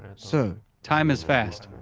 so time is fast.